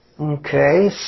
Okay